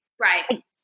Right